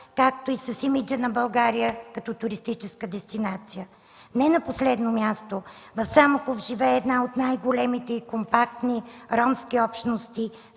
както и с имиджа на България като туристическа дестинация. Не на последно място, в Самоков живее една от най-големите и компактни ромски общности